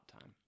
time